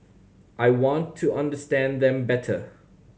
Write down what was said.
I want to understand them better